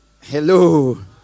Hello